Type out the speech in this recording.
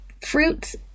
fruits